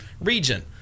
region